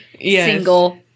single